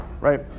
right